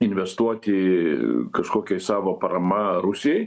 investuoti kažkokiai savo parama rusijai